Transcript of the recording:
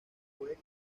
puede